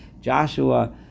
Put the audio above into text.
Joshua